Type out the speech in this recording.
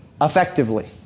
effectively